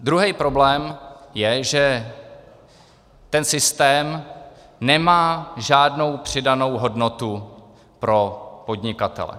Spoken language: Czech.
Druhý problém je, že ten systém nemá žádnou přidanou hodnotu pro podnikatele.